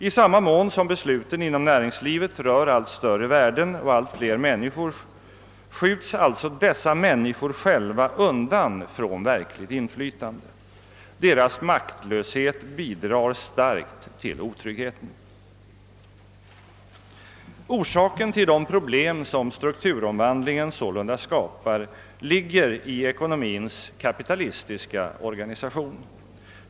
I samma mån som besluten inom näringslivet rör allt större värden: och allt fler människor, skjuts alltså dessa människor undan från verkligt inflytande. Deras maktlöshet bidrar starkt till otryggheten. Orsaken till de problem som strukturomvandlingen sålunda skapar ligger i ekonomins kapitalistiska organisation.